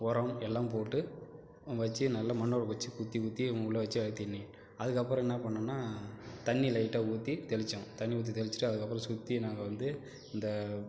உரம் எல்லாம் போட்டு வச்சு நல்லா மண்ணை வச்சு குத்தி குத்தி உள்ளே வச்சு அழுத்திடணும் அதற்கப்பறம் என்ன பண்ணுன்னா தண்ணியை லைட்டாக ஊற்றி தெளிச்சுக்கிணும் தண்ணி ஊற்றி தெளிச்சிவிட்டு அதற்கப்பறம் சுற்றி நாங்கள் வந்து இந்த